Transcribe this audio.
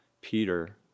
Peter